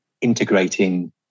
integrating